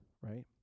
right